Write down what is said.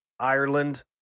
Ireland